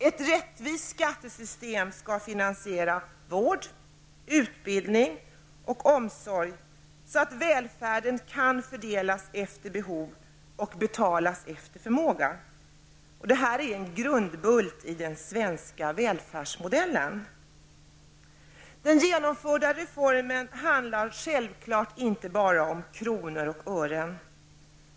Ett rättvist skattesystem skall finansiera vård, utbildning och omsorg, så att välfärden kan fördelas efter behov och betalas efter förmåga. Detta är en grundbult i den svenska välfärdsmodellen. Den genomförda reformen handlar självklart inte bara om kronor och ören.